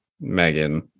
Megan